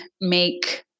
make